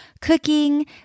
cooking